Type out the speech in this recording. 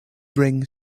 bring